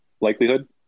likelihood